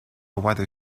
weather